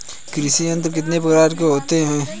कृषि यंत्र कितने प्रकार के होते हैं?